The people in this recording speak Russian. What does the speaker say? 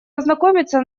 ознакомиться